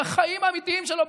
בחיים האמיתיים שלו,